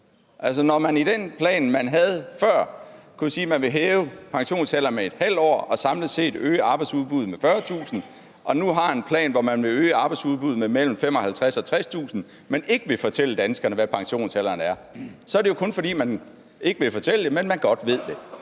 planen. Når man i den plan, man havde før, kunne sige, at man ville hæve pensionsalderen med ½ år og samlet set øge arbejdsudbuddet med 40.000, og nu har en plan, hvor man vil øge arbejdsudbuddet med mellem 55.000 og 60.000, men ikke vil fortælle danskerne, hvad pensionsalderen er, er det jo kun, fordi man ikke vil fortælle det, men man godt ved det.